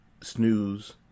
snooze